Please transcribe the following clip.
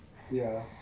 ya